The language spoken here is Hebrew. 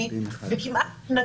ארצות הברית,